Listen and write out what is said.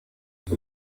iyo